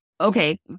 Okay